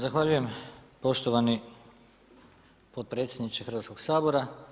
Zahvaljujem poštovani potpredsjedniče Hrvatskog sabora.